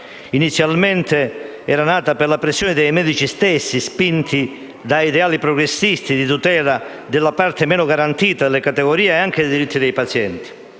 inizialmente per la pressione dei medici stessi, spinti da ideali progressisti di tutela della parte meno garantita della categoria e dei diritti dei pazienti.